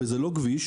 וזה לא כביש,